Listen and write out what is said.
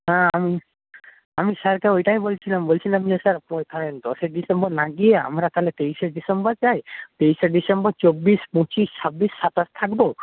হ্যাঁ আমি আমি স্যার কে ওইটাই বলছিলাম বলছিলাম যে স্যার দশই ডিসেম্বর না গিয়ে আমরা তাহলে তেইশে ডিসেম্বর যাই তেইশে ডিসেম্বর চব্বিশ পঁচিশ ছাব্বিশ সাতাশ থাকবো